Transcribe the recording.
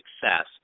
success